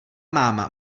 máma